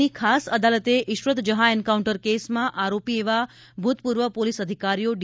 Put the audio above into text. ની ખાસ અદાલતે ઇશરત જહાં એન્કાઉન્ટર કેસમાં આરોપી એવા ભૂતપૂર્વ પોલીસ અધિકારીઓ ડી